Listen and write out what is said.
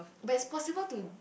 there is possible to